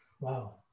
Wow